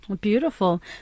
Beautiful